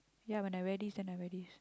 ya when I wear this then I wear this